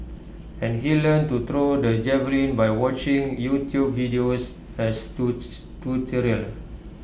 and he learnt to throw the javelin by watching YouTube videos as tutorial